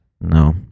no